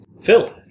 Phil